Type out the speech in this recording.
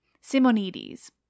Simonides